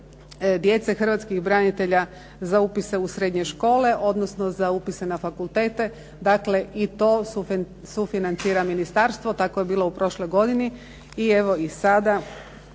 djece hrvatskih branitelja za upise u srednje škole, odnosno za upise na fakultete. Dakle, i to sufinancira ministarstvo. Tako je bilo u prošloj godini i evo, i sada